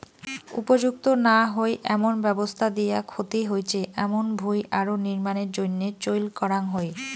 উপযুক্ত না হই এমন ব্যবস্থা দিয়া ক্ষতি হইচে এমুন ভুঁই আরো নির্মাণের জইন্যে চইল করাঙ হই